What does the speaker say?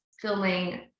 filming